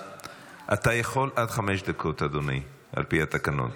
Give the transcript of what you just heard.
אתה יכול עד חמש דקות, אדוני, על פי התקנון.